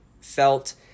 felt